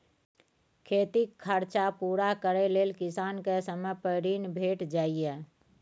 खेतीक खरचा पुरा करय लेल किसान केँ समय पर ऋण भेटि जाइए